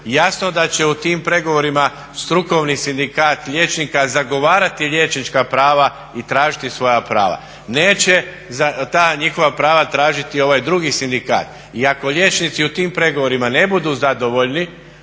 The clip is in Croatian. jasno da će u tim pregovorima strukovni sindikat liječnika zagovarati liječnička prava i tražiti svoja prava. Neće ta njihova prava tražiti ovaj drugi sindikat. I ako liječnici u tim pregovorima ne budu zadovoljni